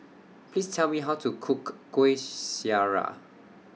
Please Tell Me How to Cook Kuih Syara